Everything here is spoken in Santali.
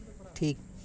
ᱴᱷᱤᱠ